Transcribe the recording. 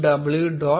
google